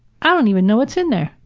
i don't even know what's in there.